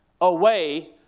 away